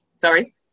Sorry